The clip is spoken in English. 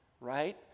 Right